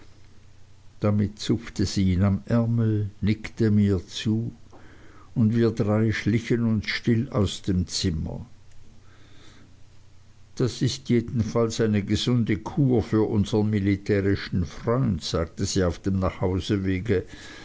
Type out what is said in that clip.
damit zupfte sie ihn am ärmel nickte mir zu und wir drei schlichen uns still aus dem zimmer das ist jedenfalls eine gesunde kur für unsern militärischen freund sagte sie auf dem nachhausewege